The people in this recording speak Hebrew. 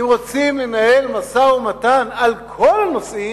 אם רוצים לנהל משא-ומתן על כל הנושאים,